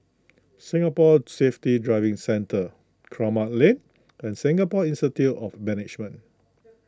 Singapore Safety Driving Centre Kramat Lane and Singapore Institute of Management